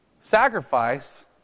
sacrifice